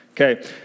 okay